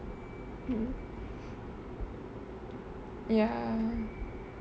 ya